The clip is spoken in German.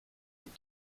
denn